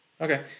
Okay